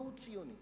מהו "ציוני"?